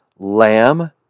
Lamb